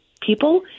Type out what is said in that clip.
people